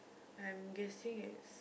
I'm guessing it's